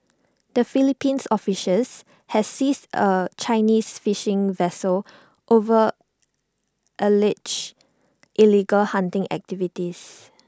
the Philippines officials has seizes A Chinese fishing vessel over alleged illegal hunting activities